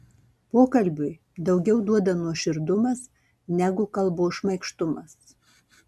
pokalbiui daugiau duoda nuoširdumas negu kalbos šmaikštumas